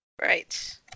Right